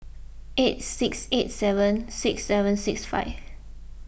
eight six eight seven six seven six five